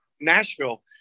Nashville